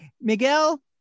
Miguel